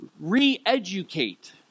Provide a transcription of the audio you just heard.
re-educate